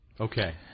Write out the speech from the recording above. Okay